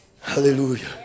Hallelujah